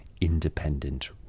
independent